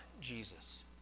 Jesus